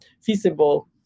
feasible